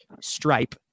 Stripe